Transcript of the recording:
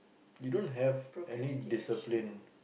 you don't have an discipline